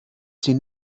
sie